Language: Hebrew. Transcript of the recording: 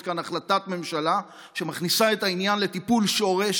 כאן החלטת ממשלה שמכניסה את העניין לטיפול שורש